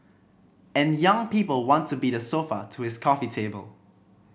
and young people want to be the sofa to his coffee table